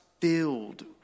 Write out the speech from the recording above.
filled